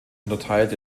unterteilt